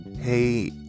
Hey